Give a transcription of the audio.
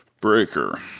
Breaker